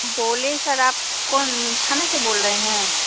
बोलें सर आप कौन थाना से बोल रहे हैं